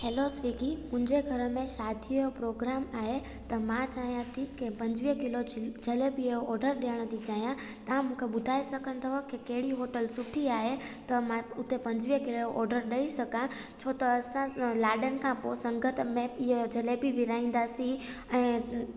hello Swiggy मुंहिंजे घर में शादी जो प्रोग्राम आहे त मां चाहियां थी की पंजवीह किलो ज जलेबीअ जो ऑडर ॾियणु थी चाहियां तव्हां मूंखे ॿुधाए सघंदव की कहिड़ी होटल सुठी आहे त मां हुते पंजवीह किले जो ऑडर ॾेई सघां छो त असां लाॾनि खां पोइ संगत में इहे जलेबी विरिहाईंदासीं ऐं